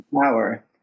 power